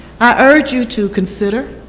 i urge you to consider,